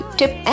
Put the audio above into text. tip